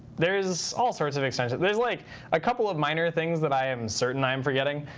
there is all sorts of extensions. there's like a couple of minor things that i am certain i am forgetting.